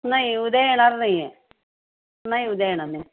नाही उद्या येणार नाही आहे नाही उद्या येणार नाही